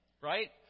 Right